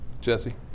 Jesse